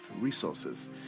resources